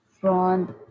front